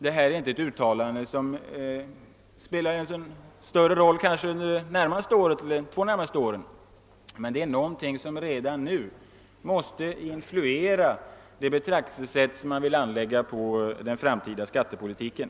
De kanske inte spelar någon större roll under de närmaste två åren men de måste redan nu influera det betraktelsesätt som man vill anlägga på den framtida skattepolitiken.